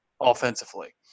offensively